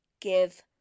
give